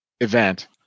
event